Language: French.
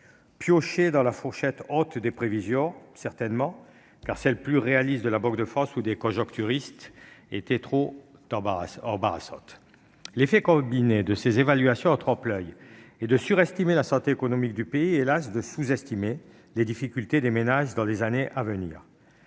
piochez dans la fourchette haute des prévisions, certainement parce que celles de la Banque de France ou des conjoncturistes, plus réalistes, étaient trop embarrassantes. L'effet combiné de ces évaluations en trompe-l'oeil est de surestimer la santé économique du pays et, hélas, de sous-estimer les difficultés des ménages dans les années à venir.